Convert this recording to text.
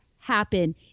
happen